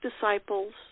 disciples